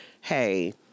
hey